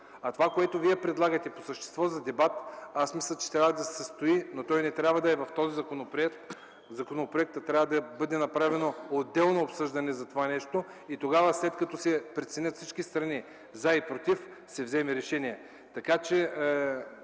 Това, което Вие предлагате по същество за дебат, мисля, че трябва да се състои, но не трябва да е в този законопроект. Трябва да бъде направено отделно обсъждане за това нещо и след като се преценят всички „за” и „против”, ще се вземе решение.